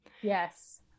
yes